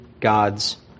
God's